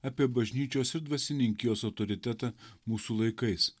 apie bažnyčios ir dvasininkijos autoritetą mūsų laikais